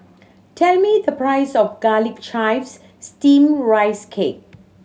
tell me the price of Garlic Chives Steamed Rice Cake